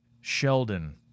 Sheldon